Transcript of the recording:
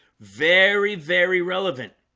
very very relevant